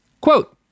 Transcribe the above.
Quote